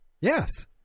Yes